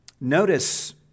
Notice